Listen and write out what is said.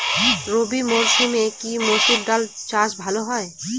রবি মরসুমে কি মসুর ডাল চাষ ভালো হয়?